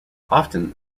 often